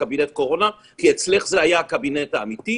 כי אצלך זה היה הקבינט האמיתי,